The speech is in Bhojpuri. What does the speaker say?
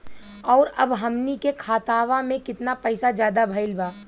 और अब हमनी के खतावा में कितना पैसा ज्यादा भईल बा?